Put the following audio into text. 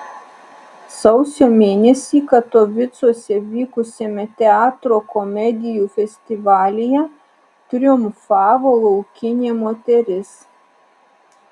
sausio mėnesį katovicuose vykusiame teatro komedijų festivalyje triumfavo laukinė moteris